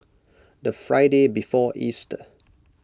the Friday before Easter